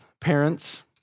Parents